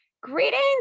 Greetings